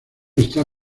está